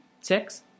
six